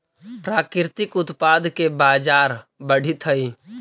प्राकृतिक उत्पाद के बाजार बढ़ित हइ